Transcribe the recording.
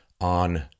on